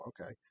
okay